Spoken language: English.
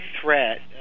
threat